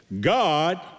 God